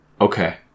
Okay